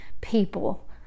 people